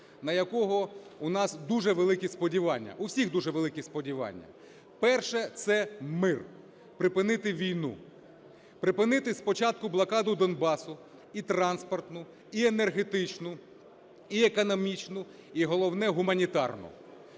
на якого у нас дуже великі сподівання, у всіх дуже великі сподівання. Перше – це мир, припинити війну. Припинити спочатку блокаду Донбасу і транспортну, і енергетичну, і економічну, і, головне, гуманітарну.